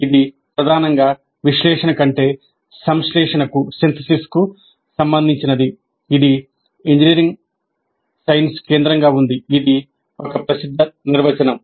ఇది ప్రధానంగా విశ్లేషణ కంటే సంశ్లేషణకు సంబంధించినది ఇది ఇంజనీరింగ్ సైన్స్ కు కేంద్రంగా ఉంది ఇది ఒక ప్రసిద్ధ నిర్వచనం